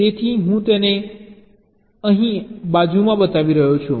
તેથી હું તેને અહીં બાજુમાં બતાવી રહ્યો છું